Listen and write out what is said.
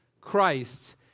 Christ